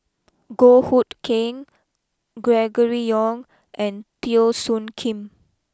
Goh Hood Keng Gregory Yong and Teo Soon Kim